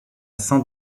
saint